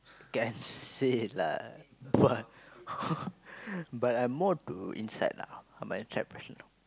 can say lah but but I more to inside lah I'm an inside person